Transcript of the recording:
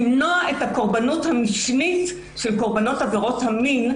למנוע את הקורבנות המשנית של קורבנות עבירות המין,